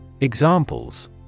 Examples